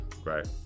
Right